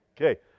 okay